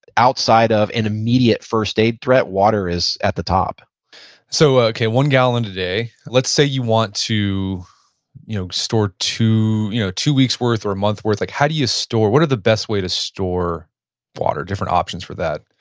outside of an immediate first aid threat, water is at the top so okay, one gallon a day. let's say you want to you know store store to you know two weeks worth or a month worth. like how do you store? what are the best way to store water? different options for that?